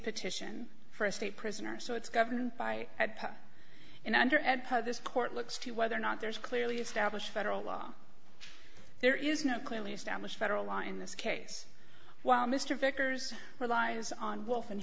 petition for a state prisoner so it's governed by at and under at this court looks to whether or not there is clearly established federal law there is no clearly established federal law in this case while mr vickers relies on wolf and